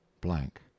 blank